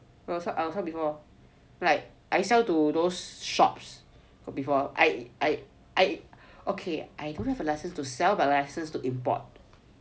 I got sell before like I sell to those shops before I I I okay I don't have a license to sell but I have a license to import